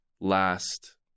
last